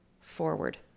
forward